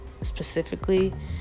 specifically